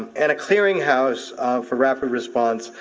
and a clearing house for rapid response,